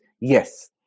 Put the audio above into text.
yes